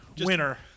winner